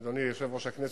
אדוני יושב-ראש הכנסת,